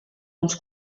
uns